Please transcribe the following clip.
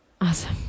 Awesome